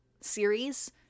series